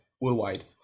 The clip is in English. worldwide